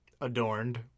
adorned